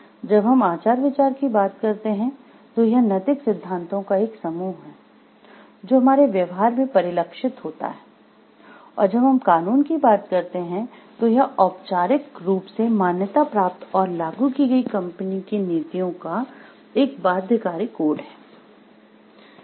जब हम आचार विचार की बात करते हैं तो यह नैतिक सिद्धांतों का एक समूह है जो हमारे व्यवहार में परिलक्षित होता है और जब हम कानून की बात करते हैं तो यह औपचारिक रूप से मान्यता प्राप्त और लागू की गई कंपनी की नीतियों का एक बाध्यकारी कोड है